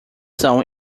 são